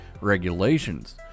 regulations